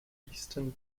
eastern